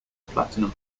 platinum